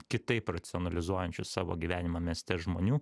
kitaip racionalizuojančių savo gyvenimą mieste žmonių